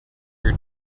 your